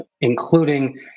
including